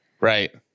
Right